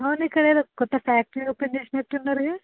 అవును ఇక్కడ కొత్త ఫ్యాక్టరీ ఓపెన్ చేసినట్టు ఉన్నారు